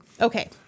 Okay